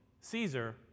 Caesar